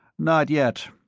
not yet.